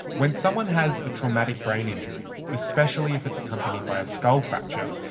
when someone has a traumatic brain injury, especially if it's accompanied by a skull fracture,